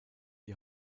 die